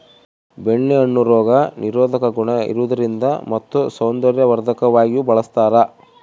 ಬೆಣ್ಣೆ ಹಣ್ಣು ರೋಗ ನಿರೋಧಕ ಗುಣ ಇರುವುದರಿಂದ ಮತ್ತು ಸೌಂದರ್ಯವರ್ಧಕವಾಗಿಯೂ ಬಳಸ್ತಾರ